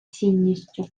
цінністю